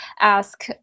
ask